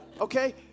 Okay